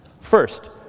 First